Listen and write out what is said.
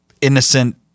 innocent